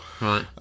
right